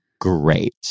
great